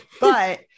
but-